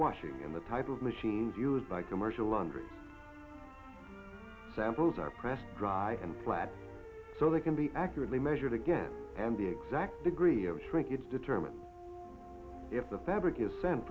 washing in the type of machines used by commercial laundry samples are pressed dry and flat so they can be accurately measured again and the exact degree of shrinkage determine if the fabric is s